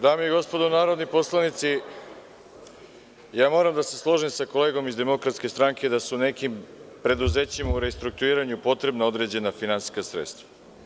Dame i gospodo narodni poslanici, moram da se složim sa kolegom iz DS da su u nekim preduzećima u restrukturiranju potrebna određena finansijska sredstva.